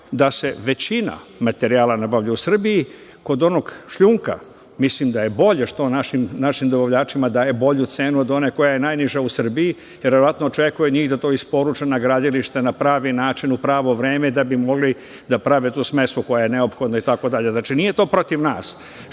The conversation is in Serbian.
da se većina materijala nabavlja u Srbiji, kod onog šljunka, mislim da je bolje što našim dobavljačima daje bolju cenu od one koja je najniža u Srbiji, jer verovatno očekuje od njih da to isporuče na gradilište na pravi način, u pravo vreme da bi mogli da prave smesu koja je neophodna itd. Znači, nije to protiv nas,